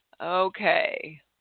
Okay